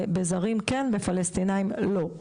בזרים כן, בפלשתינאים לא.